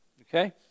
Okay